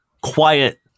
quiet